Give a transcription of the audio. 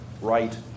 right